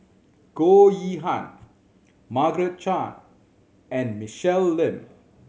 Goh Yihan Margaret Chan and Michelle Lim